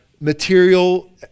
material